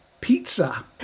pizza